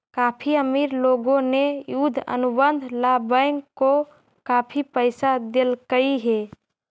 काफी अमीर लोगों ने युद्ध अनुबंध ला बैंक को काफी पैसा देलकइ हे